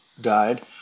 died